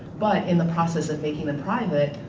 but, in the process of making them private,